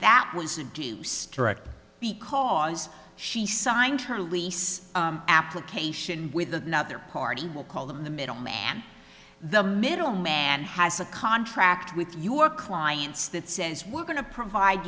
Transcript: that was a deep strike because she signed her lease application with another party will call them the middleman the middleman has a contract with your clients that says we're going to provide